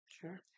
Sure